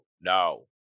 no